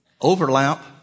overlap